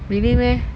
really meh